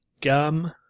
Gum